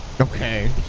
Okay